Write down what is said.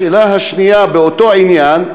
השאלה השנייה באותו עניין.